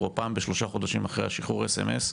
או פעם בשלושה חודשים אחרי השחרור SMS,